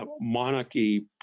monarchy